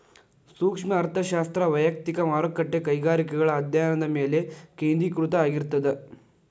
ಸೂಕ್ಷ್ಮ ಅರ್ಥಶಾಸ್ತ್ರ ವಯಕ್ತಿಕ ಮಾರುಕಟ್ಟೆ ಕೈಗಾರಿಕೆಗಳ ಅಧ್ಯಾಯನದ ಮೇಲೆ ಕೇಂದ್ರೇಕೃತವಾಗಿರ್ತದ